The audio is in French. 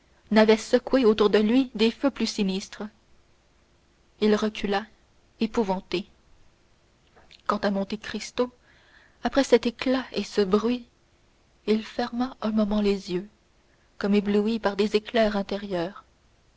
n'avait secoué autour de lui de feux plus sinistres il recula épouvanté quant à monte cristo après cet éclat et ce bruit il ferma un moment les yeux comme ébloui par des éclairs intérieurs